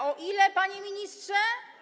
O ile, panie ministrze?